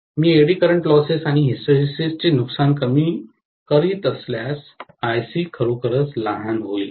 मी eddy current losses आणि हिस्टरेसिसचे नुकसान कमी करीत असल्यास IC खरोखरच लहान होईल